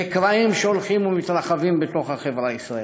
בקרעים שהולכים ומתרחבים בתוך החברה הישראלית,